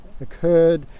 occurred